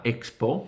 Expo